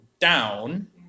down